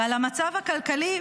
ועל המצב הכלכלי?